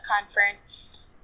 conference